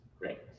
great